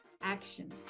Action